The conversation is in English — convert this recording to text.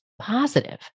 positive